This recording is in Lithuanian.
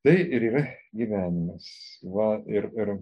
tai ir yra gyvenimas va ir ir